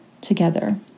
together